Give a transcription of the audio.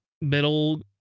middle